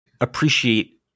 appreciate